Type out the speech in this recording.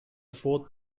fourth